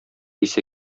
исе